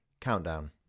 Countdown